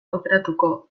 aukeratuko